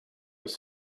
was